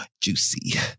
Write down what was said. juicy